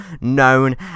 known